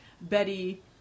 Betty